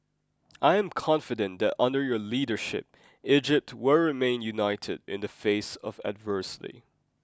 I am confident that under your leadership Egypt will remain united in the face of adversity